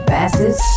Basses